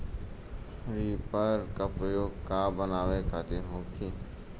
Reaper का प्रयोग का बनावे खातिन होखि?